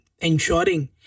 ensuring